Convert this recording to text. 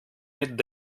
mit